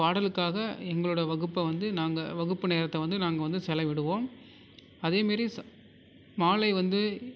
பாடலுக்காக எங்களோட வகுப்பை வந்து நாங்கள் வகுப்பு நேரத்தை வந்து நாங்கள் வந்து செலவிடுவோம் அதேமாரி மாலை வந்து